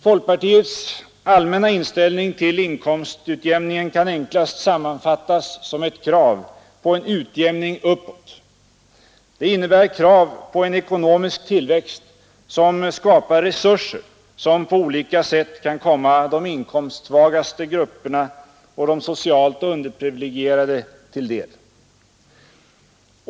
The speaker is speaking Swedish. Folkpartiets allmänna inställning till inkomstutjämningen kan enklast sammanfattas som ett krav på en utjämning uppåt. Det innebär krav på en ekonomisk tillväxt som skapar resurser som på olika sätt kan komma de inkomstsvagaste och de socialt underprivilegierade grupperna till del.